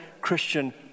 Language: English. Christian